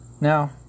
Now